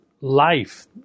life